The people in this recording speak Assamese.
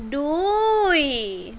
দুই